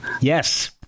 yes